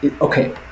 okay